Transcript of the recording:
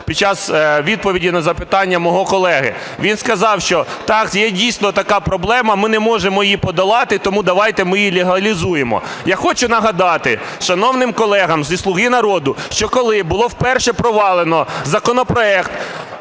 під час відповіді на запитання мого колеги. Він сказав, що так, є дійсно така проблема, ми не можемо її подолати, тому давайте ми її легалізуємо. Я хочу нагадати шановним колегам зі "Слуги народу", що коли було вперше провалено законопроект,